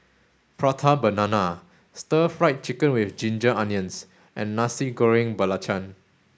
prata banana stir fry chicken with ginger onions and Nasi Goreng Belacan